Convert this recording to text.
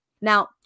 Now